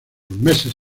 meses